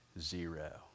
Zero